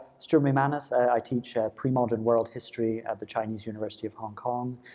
stuart mcmanus. i teach premodern world history at the chinese university of hong kong.